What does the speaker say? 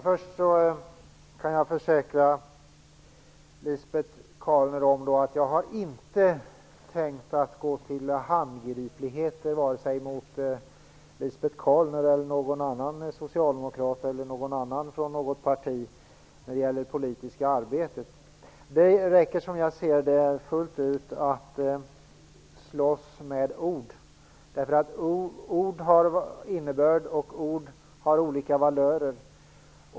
Herr talman! Jag kan först försäkra Lisbet Calner att jag inte har tänkt gå till några handgripligheter i det politiska arbetet, varken mot Lisbet Calner, någon annan socialdemokrat eller någon företrädare för annat parti. Det räcker, som jag ser det, fullt ut att slåss med ord, eftersom ord har innebörd och olika valörer.